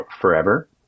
forever